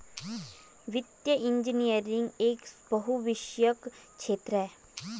वित्तीय इंजीनियरिंग एक बहुविषयक क्षेत्र है